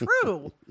true